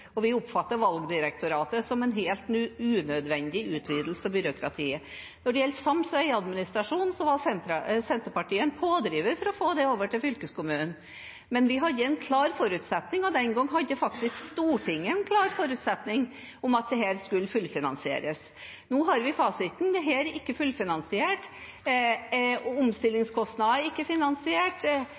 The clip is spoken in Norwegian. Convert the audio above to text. gjort. Vi oppfatter Valgdirektoratet som en helt unødvendig utvidelse av byråkratiet. Når det gjelder Sams veiadministrasjon, var Senterpartiet en pådriver for å få det over til fylkeskommunene, men vi hadde som en klar forutsetning og Stortinget hadde en klar forutsetning den gang om at dette skulle fullfinansieres. Nå har vi fasiten. Dette er ikke fullfinansiert, og omstillingskostnadene er ikke fullfinansiert. Datakostnadene er ikke finansiert.